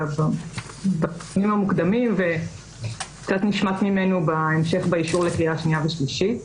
בדיונים המוקדמים וקצת נשמט ממנו בהמשך באישור לקריאה שנייה ושלישית.